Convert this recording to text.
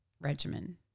regimen